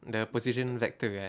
the position vector eh